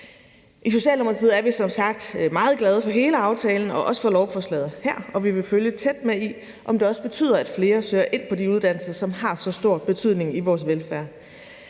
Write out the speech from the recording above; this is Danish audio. I Socialdemokratiet er vi som sagt meget glade for hele aftalen og også for lovforslaget her, og vi vil følge tæt med i, om det også betyder, at flere søger ind på de uddannelser, som har så stor betydning i vores velfærd.